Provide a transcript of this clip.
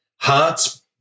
Hearts